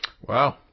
Wow